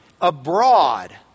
abroad